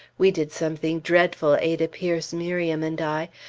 we did something dreadful, ada peirce, miriam, and i.